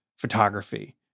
photography